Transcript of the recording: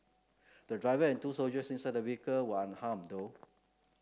the driver and two soldiers inside the vehicle were unharmed though